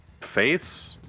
face